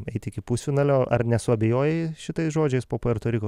eiti iki pusfinalio ar nesuabejojai šitais žodžiais po puerto riko